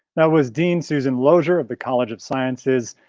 that was dean susan lozier, of the college of sciences.